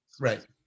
Right